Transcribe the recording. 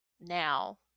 now